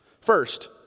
First